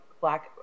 black